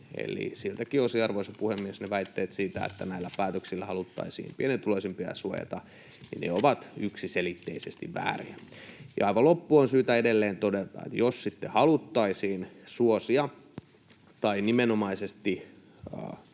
siltäkin osin, arvoisa puhemies, ne väitteet siitä, että näillä päätöksillä haluttaisiin pienituloisimpia suojata, ovat yksiselitteisesti väärin. Aivan loppuun on syytä edelleen todeta, että jos sitten haluttaisiin suosia tässä hinnankorotuspaineessa